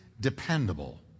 dependable